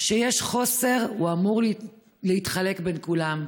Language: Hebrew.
כשיש חוסר, הוא אמור להתחלק בין כולם.